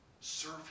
Serve